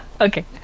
Okay